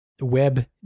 web